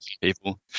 people